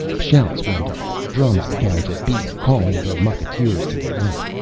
shouts went up drums began to beat, calling the mucketeers to alert.